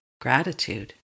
gratitude